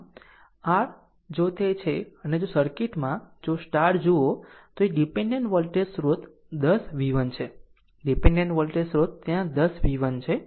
આમ r જો તે છે અને જો આ સર્કિટમાં જો આ જુઓ તો એક ડીપેન્ડેન્ટ વોલ્ટેજ સ્રોત 10 v1 છે ડીપેન્ડેન્ટ વોલ્ટેજ સ્રોત ત્યાં 10 v1 છે